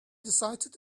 decided